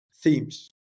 themes